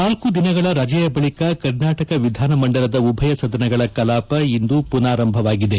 ನಾಲ್ತು ದಿನಗಳ ರಜೆಯ ಬಳಿಕ ಕರ್ನಾಟಕ ವಿಧಾನ ಮಂಡಲದ ಉಭಯ ಸದನಗಳ ಕಲಾಪ ಇಂದು ಪುನಾರಂಭವಾಗಿದೆ